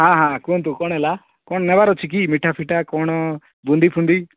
ହଁ ହଁ କୁହନ୍ତୁ କ'ଣ ହେଲା କ'ଣ ନେବାର ଅଛିକି ମିଠା ପିଠା କ'ଣ ବୁନ୍ଦି ଫୁନ୍ଦି